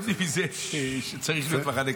לומדים שצריך להיות מחנה קדוש.